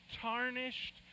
tarnished